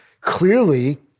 Clearly